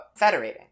federating